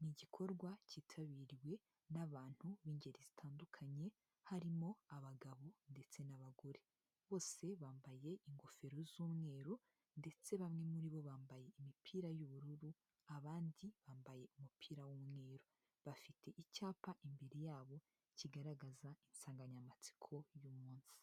Ni igikorwa cyitabiriwe n'abantu b'ingeri zitandukanye harimo abagabo ndetse n'abagore. Bose bambaye ingofero z'umweru ndetse bamwe muri bo bambaye imipira y'ubururu, abandi bambaye umupira w'umweru, bafite icyapa imbere yabo kigaragaza insanganyamatsiko y'umunsi.